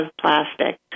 plastic